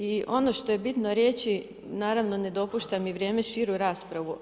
I ono što je bitno reći, naravno ne dopušta mi vrijeme širu raspravu.